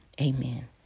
amen